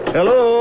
Hello